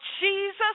Jesus